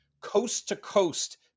coast-to-coast